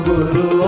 Guru